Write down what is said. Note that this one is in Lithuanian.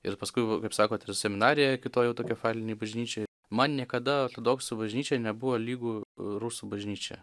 ir paskui kaip sakot ir seminariją kitoj autokefalinėj bažnyčioj man niekada ortodoksų bažnyčia nebuvo lygu rusų bažnyčia